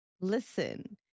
Listen